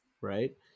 right